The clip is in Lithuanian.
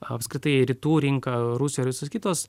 apskritai rytų rinka rusija ir visos kitos